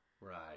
right